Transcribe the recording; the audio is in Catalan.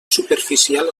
superficial